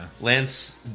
Lance